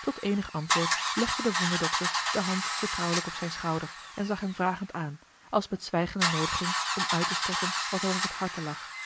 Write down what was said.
tot eenig antwoord legde de wonderdokter de hand vertrouwelijk op zijn schouder en zag hem vragend aan als met zwijgende noodiging om uit te storten wat hem op het harte lag